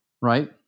right